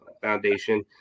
foundation